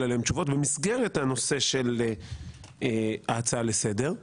עליהן תשובות במסגרת הנושא של הצעה לסדר.